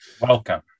Welcome